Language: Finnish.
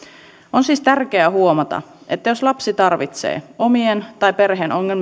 on siis tärkeää huomata että jos lapsi tarvitsee omien tai perheen ongelmien